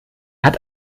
hat